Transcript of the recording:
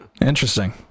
Interesting